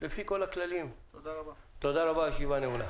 תודה רבה, הישיבה נעולה.